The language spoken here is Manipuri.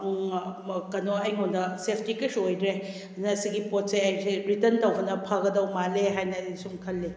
ꯀꯩꯅꯣ ꯑꯩꯉꯣꯟꯗ ꯁꯦꯞꯇꯤ ꯀꯔꯤꯁꯨ ꯑꯣꯏꯗ꯭ꯔꯦ ꯑꯗꯨꯅ ꯁꯤꯒꯤ ꯄꯣꯠꯁꯦ ꯑꯩꯁꯦ ꯔꯤꯇꯟ ꯇꯧꯕꯅ ꯐꯒꯗꯧ ꯃꯥꯜꯂꯦ ꯍꯥꯏꯅ ꯑꯩ ꯁꯨꯝ ꯈꯜꯂꯤ